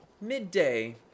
midday